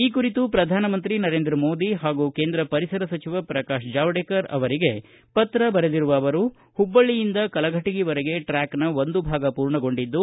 ಈ ಕುರಿತು ಪ್ರಧಾನಮಂತ್ರಿ ನರೇಂದ್ರ ಮೋದಿ ಹಾಗೂ ಕೇಂದ್ರ ಪರಿಸರ ಸಚಿವ ೇ ಪ್ರಕಾಶ್ ಜಾವಡೇಕರ್ ಅವರಿಗೆ ಪತ್ರ ಬರೆದಿರುವ ಅವರು ಹುಬ್ಬಳ್ಳಿಯಿಂದ ಕಲಘಟಗಿವರೆಗೆ ಟ್ರ್ಕ್ಹಿತ್ ನ ಒಂದು ಭಾಗ ಪೂರ್ಣಗೊಂಡಿದ್ದು